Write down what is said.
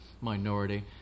minority